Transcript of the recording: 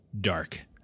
dark